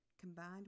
Combined